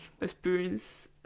experience